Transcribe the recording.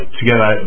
together